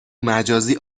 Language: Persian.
مجازی